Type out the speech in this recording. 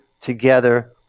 together